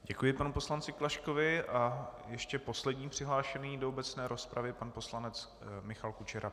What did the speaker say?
Děkuji panu poslanci Klaškovi a ještě poslední přihlášený do obecné rozpravy pan poslanec Michal Kučera.